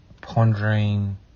pondering